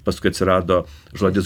paskui atsirado žodis